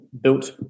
built